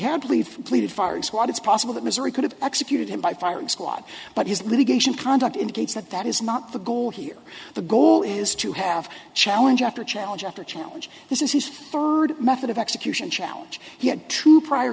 had to leave pleaded firing squad it's possible that missouri could have executed him by firing squad but his litigation conduct indicates that that is not the goal here the goal is to have challenge after challenge after challenge this is his method of execution challenge he had two prior